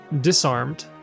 disarmed